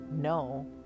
no